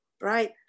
right